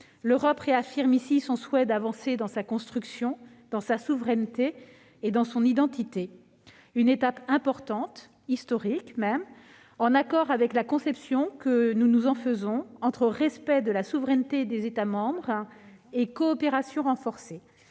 l'Europe réaffirme ici son souhait d'avancer dans sa construction, dans sa souveraineté et dans son identité. C'est donc une étape importante, historique même, en accord avec la conception que nous nous en faisons, entre respect de la souveraineté des États membres et coopération renforcée.